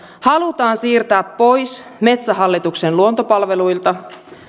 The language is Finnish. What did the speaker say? halutaan siirtää pois metsähallituksen luontopalveluilta